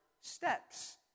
steps